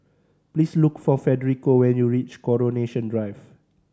please look for Federico when you reach Coronation Drive